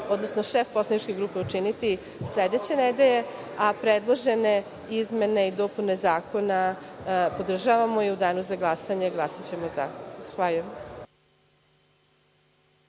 odnosno šef poslaničke grupe učiniti sledeće nedelje, a predložene izmene i dopune zakona podržavamo i u danu za glasanje glasaćemo za. Zahvaljujem.